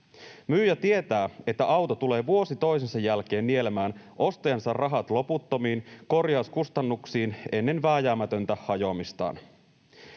Myyjä tietää, että auto tulee vuosi toisensa jälkeen nielemään ostajansa rahat loputtomiin korjauskustannuksiin ennen vääjäämätöntä hajoamistaan.